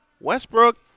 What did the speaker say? Westbrook